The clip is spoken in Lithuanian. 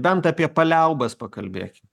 bent apie paliaubas pakalbėkim